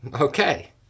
Okay